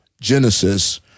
Genesis